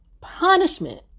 punishment